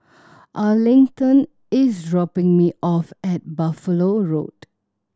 Arlington is dropping me off at Buffalo Road